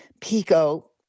Pico